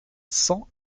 cent